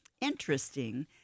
interesting